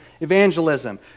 evangelism